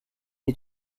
est